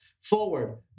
forward